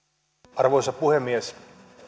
arvoisa puhemies